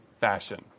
fashion